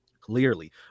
Clearly